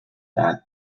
that